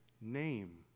name